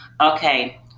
Okay